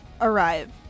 Arrive